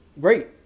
great